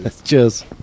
Cheers